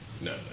No